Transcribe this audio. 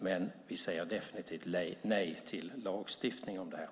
Men vi säger definitiv nej till lagstiftning om detta.